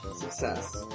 success